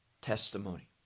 testimony